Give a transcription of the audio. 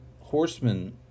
horsemen